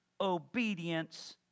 obedience